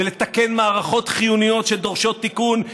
ולתקן מערכות חיוניות שדורשות תיקון,